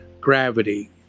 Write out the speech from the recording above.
gravity